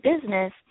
business